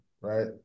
right